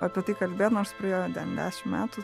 apie tai kalbėt nors praėjo ten dešim metų